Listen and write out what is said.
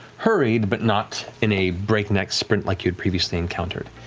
hurried, but not in a break-neck sprint like you had previously encountered.